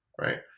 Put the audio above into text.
Right